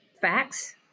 facts